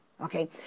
okay